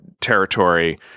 territory